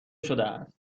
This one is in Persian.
شدهاست